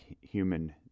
human